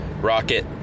Rocket